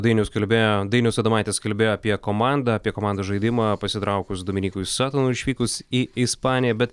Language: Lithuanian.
dainius kalbėjo dainius adomaitis kalbėjo apie komandą apie komandos žaidimą pasitraukus dominykui satonui išvykus į ispaniją bet